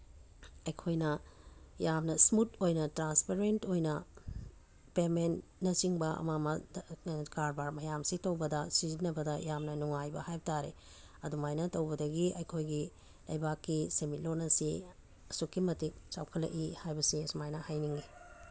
ꯑꯩꯈꯣꯏꯅ ꯌꯥꯝꯅ ꯏꯁꯃꯨꯠ ꯑꯣꯏꯅ ꯇ꯭ꯔꯥꯟꯁꯄꯔꯦꯟ ꯑꯣꯏꯅ ꯄꯦꯃꯦꯟꯅꯆꯤꯡꯕ ꯑꯃ ꯑꯃ ꯀꯔꯕꯥꯔ ꯃꯌꯥꯝꯁꯤ ꯇꯧꯕꯗ ꯁꯤꯖꯤꯟꯅꯕꯗ ꯌꯥꯝꯅ ꯅꯨꯡꯉꯥꯏꯕ ꯍꯥꯏꯕ ꯇꯥꯔꯦ ꯑꯗꯨꯃꯥꯏꯅ ꯇꯧꯕꯗꯒꯤ ꯑꯩꯈꯣꯏꯒꯤ ꯂꯩꯕꯥꯛꯀꯤ ꯁꯦꯟꯃꯤꯠꯂꯣꯜ ꯑꯁꯤ ꯑꯁꯨꯛꯀꯤ ꯃꯇꯤꯛ ꯆꯥꯎꯈꯠꯂꯛꯏ ꯍꯥꯏꯕꯁꯤ ꯑꯁꯨꯃꯥꯏꯅ ꯍꯥꯏꯅꯤꯡꯉꯤ